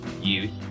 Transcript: youth